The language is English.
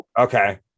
Okay